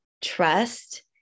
trust